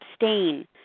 abstain